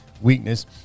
weakness